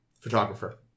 photographer